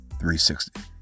360